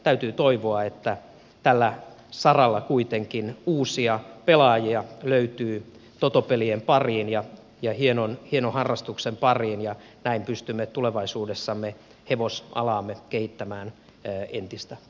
täytyy toivoa että tällä saralla kuitenkin uusia pelaajia löytyy totopelien pariin ja hienon harrastuksen pariin ja näin pystymme tulevaisuudessamme hevosalaamme kehittämään entistä paremmin